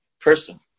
person